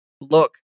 look